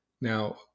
Now